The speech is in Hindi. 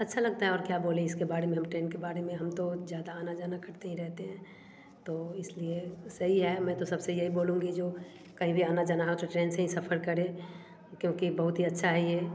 अच्छा लगता है और क्या बोले इसके बारे में हम ट्रेन के बारे में हम तो ज़्यादा आना जाना करते ही रहते हैं तो इसलिए सही है मैं तो सब से यही बोलेगी जो कहीं भी आना जाना हो तो ट्रेन से ही सफर करें क्योंकि बहुत ही अच्छा है ये